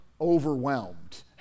overwhelmed